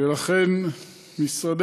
ולכן המשרד